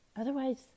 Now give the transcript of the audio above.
Otherwise